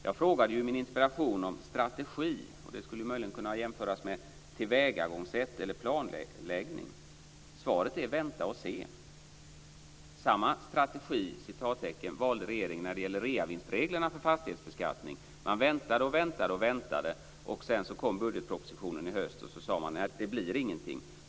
Jag frågade i min interpellation om strategi, och det skulle möjligen kunna jämföras med tillvägagångssätt eller planläggning. Svaret är "vänta och se". Samma "strategi" valde regeringen när det gäller reavinstreglerna för fastighetsbeskattning. Vi väntade och väntade och väntade, och sedan kom budgetpropositionen i höst och man sade att det inte blir någonting.